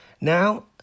Now